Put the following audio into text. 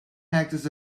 hectares